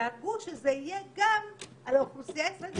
דאגו שזה יהיה גם על האוכלוסייה הישראלית,